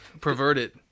perverted